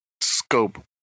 scope